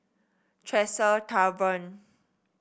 Tresor Tavern